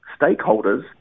stakeholders